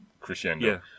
crescendo